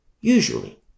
usually